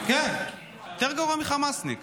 כן, יותר גרוע מחמאסניק.